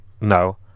no